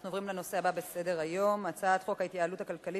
אנחנו עוברים לנושא הבא בסדר-היום: הצעת חוק ההתייעלות הכלכלית